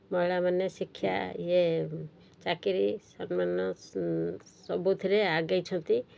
ମହିଳାମାନେ ଶିକ୍ଷା ଇଏ ଚାକିରି ସମ୍ମାନ ସବୁଥିରେ ଆଗେଇଛନ୍ତି